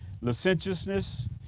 licentiousness